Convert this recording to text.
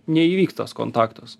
neįvyks tas kontaktas